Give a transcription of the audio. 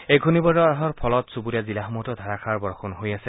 এই ঘূৰ্ণি বতাহৰ ফলত চুবুৰীয়া জিলাসমূহতো ধাৰাষাৰ বৰষুণ হৈ আছে